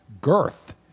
girth